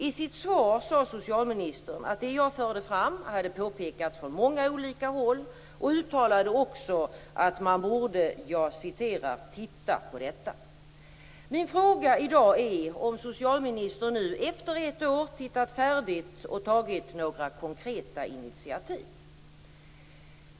I sitt svar sade socialministern att det jag förde fram hade påpekats från många olika håll och uttalade också att man borde "titta på detta". Min fråga i dag är om socialministern nu efter ett år tittat färdigt och tagit några konkreta initiativ.